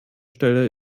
stelle